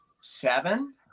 seven